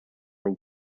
for